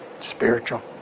spiritual